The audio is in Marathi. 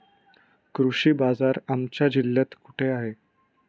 कृषी बाजार आमच्या जिल्ह्यात कुठे आहे?